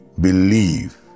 believe